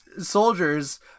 soldiers